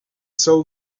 sell